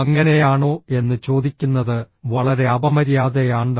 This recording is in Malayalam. അങ്ങനെയാണോ എന്ന് ചോദിക്കുന്നത് വളരെ അപമര്യാദയാണ്